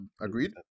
agreed